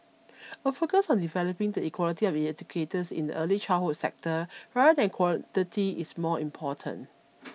a focus on developing the quality of educators in the early childhood sector rather than quantity is more important